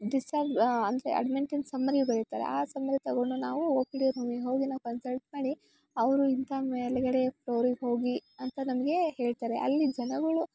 ದಿಸಾಗ್ ಅಂದರೆ ಅಡ್ಮೆಂಟಿನ ಸಮ್ಮರಿ ಬರೀತಾರೆ ಆ ಸಮ್ಮರಿ ತಗೊಂಡು ನಾವು ಓ ಪಿ ಡಿ ರೂಮಿಗೆ ಹೋಗಿ ನಾವು ಕನ್ಸಲ್ಟ್ ಮಾಡಿ ಅವರು ಇಂಥ ಮೇಲುಗಡೆ ಫ್ಲೋರಿಗೆ ಹೋಗಿ ಅಂತ ನಮಗೆ ಹೇಳ್ತಾರೆ ಅಲ್ಲಿ ಜನಗಳು